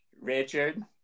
Richard